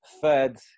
Third